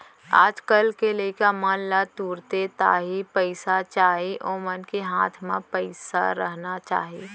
आज कल के लइका मन ला तुरते ताही पइसा चाही ओमन के हाथ म पइसा रहना चाही